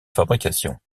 fabrication